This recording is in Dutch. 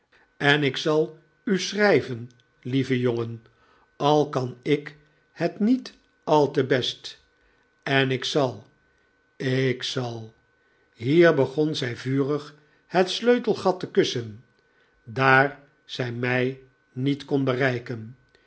en ik zal u schrijven lieve jongen al kan ik het niet al te best en ik zal ik zal hier begon zij vurig het sleutelgat te kussen daar zij mij niet kon bereiken